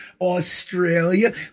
Australia